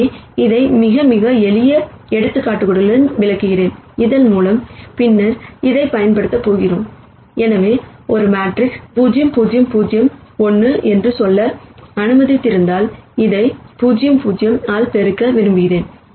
எனவே இதை மிக மிக எளிய எடுத்துக்காட்டுகளுடன் விளக்குகிறேன் இதன்மூலம் பின்னர் இதைப் பயன்படுத்த போகிறோம் எனவே ஒரு மேட்ரிக்ஸ் 0 0 0 1 என்று சொல்ல அனுமதித்திருந்தால் இதை 0 0 ஆல் பெருக்க விரும்புகிறேன்